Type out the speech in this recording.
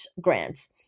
grants